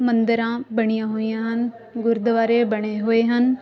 ਮੰਦਰਾਂ ਬਣੀਆਂ ਹੋਈਆਂ ਹਨ ਗੁਰਦੁਆਰੇ ਬਣੇ ਹੋਏ ਹਨ